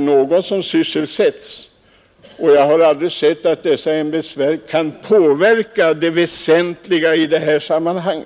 några måste ju sysselsättas, men jag har aldrig sett att dessa ämbetsverk kan påverka det väsentliga i dylika sammanhang.